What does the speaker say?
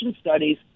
studies